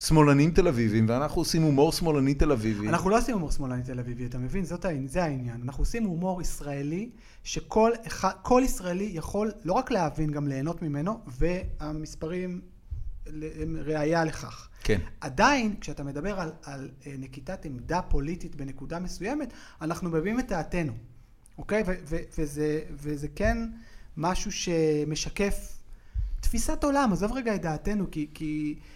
שמאלנים תל אביבים, ואנחנו עושים הומור שמאלני תל אביבי. אנחנו לא עושים הומור שמאלני תל אביבי, אתה מבין? זה העניין. אנחנו עושים הומור ישראלי, שכל ישראלי יכול, לא רק להבין, גם ליהנות ממנו, והמספרים הם ראייה לכך. כן. עדיין, כשאתה מדבר על נקיטת עמדה פוליטית בנקודה מסוימת, אנחנו מביאים את דעתנו, אוקיי? וזה כן משהו שמשקף תפיסת עולם. עזוב רגע את דעתנו, כי...